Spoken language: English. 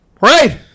Right